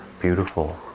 beautiful